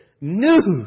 news